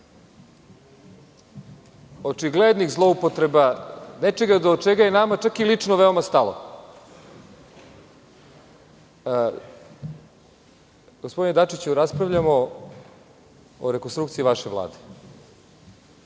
očiglednih zloupotreba nečega do čega je nama čak i lično veoma stalo. Gospodine Dačiću, raspravljamo o rekonstrukciji vaše Vlade